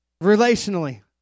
relationally